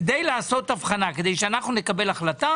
כדי שאנחנו נקבל החלטה